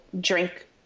drink